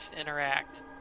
interact